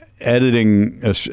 editing